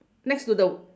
next to the